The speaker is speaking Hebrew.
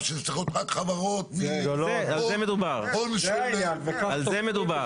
שזה צריך להיות רק חברות --- על זה מדובר.